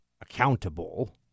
accountable